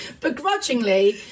begrudgingly